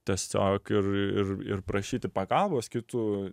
tiesiog ir ir ir prašyti pagalbos kitų